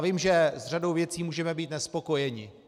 Vím, že s řadou věcí můžeme být nespokojeni.